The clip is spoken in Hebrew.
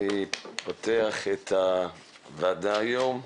אני פותח את הוועדה היום.